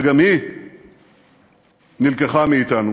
שגם היא נלקחה מאתנו,